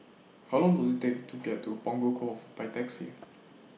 How Long Does IT Take to get to Punggol Cove By Taxi